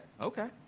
Okay